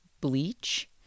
bleach